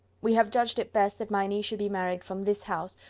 we have judged it best that my niece should be married from this house,